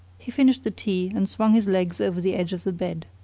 he finished the tea, and swung his legs over the edge of the bed.